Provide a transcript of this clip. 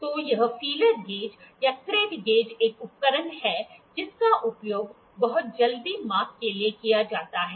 तो यह feeler gauge या थ्रेड गेज एक उपकरण है जिसका उपयोग बहुत जल्दी माप के लिए किया जाता है